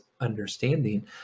understanding